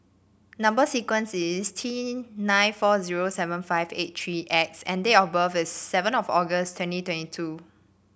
number sequence is T nine four zero seven five eight three X and date of birth is seven of August twenty twenty two